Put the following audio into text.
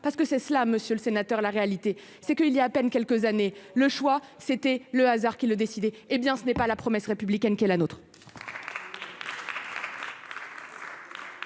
parce que c'est cela Monsieur le Sénateur, la réalité c'est que il y a à peine quelques années le choix c'était le hasard qui le décider, hé bien ce n'est pas la promesse républicaine qui est la nôtre.